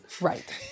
right